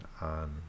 on